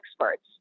experts